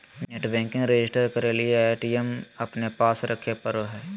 net banking register करे के लिए ए.टी.एम अपने पास रखे पड़ो हइ